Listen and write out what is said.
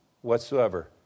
whatsoever